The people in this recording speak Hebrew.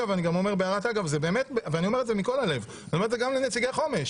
בהערת אגב, מכל הלב, אני אומר גם לנציגי חומש